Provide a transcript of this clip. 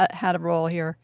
ah had a role here